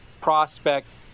prospect